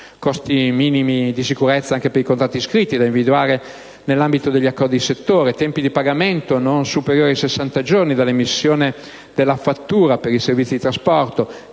costi minimi di sicurezza anche per i contratti scritti, da individuare nell'ambito di accordi di settore; tempi di pagamento non superiori a 60 giorni dall'emissione della fattura per i servizi di trasporto;